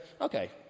okay